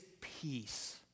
peace